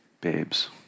Babes